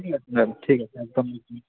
ঠিক আছে যাবো ঠিক আছে একদম হুঁ হুঁ